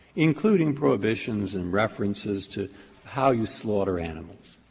including prohibitions and references to how you slaughter animals,